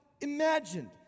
imagined